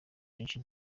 benshi